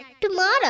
tomorrow